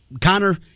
Connor